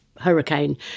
hurricane